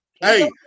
Hey